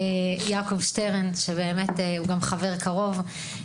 הוא באמת גם חבר קרוב.